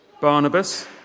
Barnabas